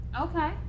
Okay